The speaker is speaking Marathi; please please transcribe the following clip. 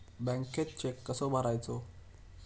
बँकेत चेक कसो भरायचो?